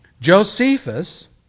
Josephus